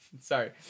sorry